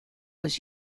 was